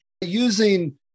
using